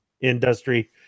industry